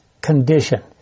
condition